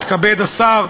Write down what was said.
יתכבד השר,